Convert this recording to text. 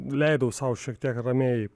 leidau sau šiek tiek ramiai